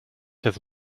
das